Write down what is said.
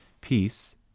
peace